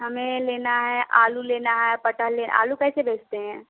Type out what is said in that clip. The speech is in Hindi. हमें लेना है आलू लेना है पटल लेना आलू कैसे बेचते हैं